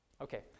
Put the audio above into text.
Okay